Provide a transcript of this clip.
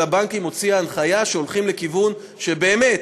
הבנקים הוציאה הנחיה שהולכים לכיוון שבאמת,